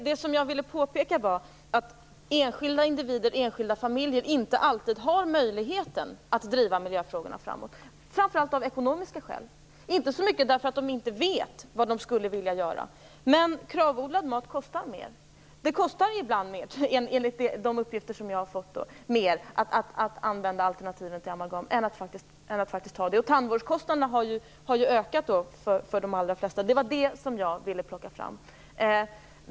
Det som jag ville påpeka var att enskilda individer och enskilda familjer inte alltid har möjligheten att driva miljöfrågorna framåt, framför allt av ekonomiska skäl. Det är inte så mycket beroende på att de inte vet vad de skulle vilja göra. Men Kravodlad mat kostar mer, och enligt de uppgifter som jag har fått kostar det mer att använda alternativen till amalgam. Tandvårdskostnaderna har ju ökat för de allra flesta. Det var detta som jag ville lyfta fram.